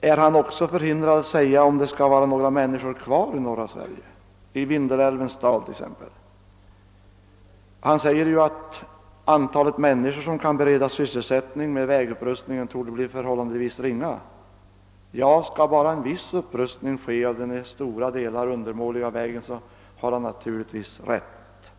Är han också förhindrad att säga, om vi skall ha några människor kvar i norra Sverige, i Vindelälvsdalen t.ex.? Inrikesministern säger att antalet människor som kan beredas sysselsättning med vägupprustning torde bli förhållandevis ringa. Ja, skall det bara bli en viss upprustning av den i stora delar undermåliga vägen har han naturligtvis rätt.